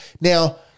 Now